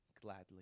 gladly